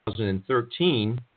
2013